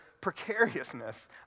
precariousness